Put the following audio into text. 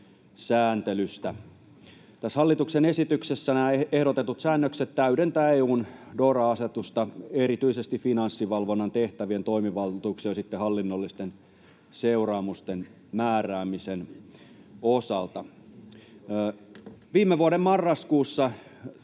sääntelystä. Tässä hallituksen esityksessä nämä ehdotetut säännökset täydentävät EU:n DORA-asetusta erityisesti Finanssivalvonnan tehtävien, toimivaltuuksien ja sitten hallinnollisten seuraamusten määräämisen osalta. Viime vuoden marraskuussa